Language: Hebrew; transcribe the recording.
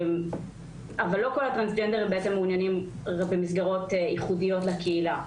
אבל לא כל הטרנסג'נדרים בעצם מעוניינים במסגרות ייחודיות לקהילה.